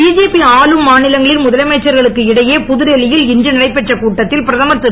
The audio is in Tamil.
பிஜேபி ஆளும் மாநிலங்களின் முதலமைச்சர்களுக்கு இடையே புதுடெல்லியில் இன்று நடைபெற்ற கூட்டத்தில் பிரதமர் திரு